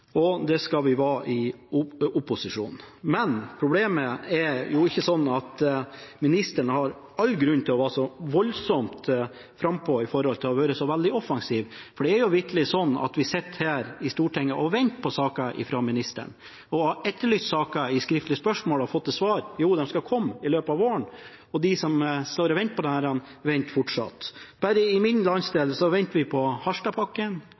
og det skal vi være i opposisjon. Men ministeren har ikke all verdens grunn til å være så voldsomt frampå når det gjelder å være så veldig offensiv, for det jo vitterlig sånn at vi sitter her i Stortinget og venter på saker fra ministeren. Vi har etterlyst saker gjennom skriftlige spørsmål og har da fått til svar at sakene skal komme i løpet av våren. De som venter på disse, venter fortsatt. Bare i min landsdel venter vi på